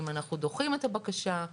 האם אנחנו דוחים את הבקשה.